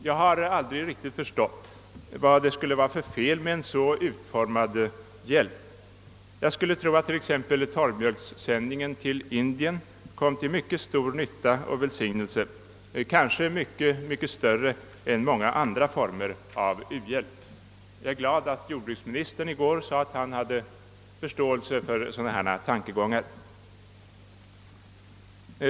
Jag har aldrig förstått vad det skulle vara för fel med en så utformad bjälp. Såvitt jag förstår kom t.ex. torrmjölkssändningen till Indien till mycket stor nytta och välsignelse, kanske mycket större än många andra former av u-hjälp. Jag är glad att jordbruksministern i går sade sig ha förståelse för sådana här tankegångar.